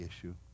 issue